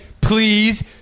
please